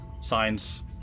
signs